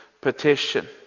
petition